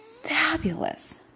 fabulous